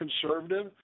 conservative